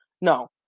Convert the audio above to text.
No